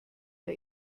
der